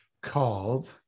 called